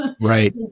Right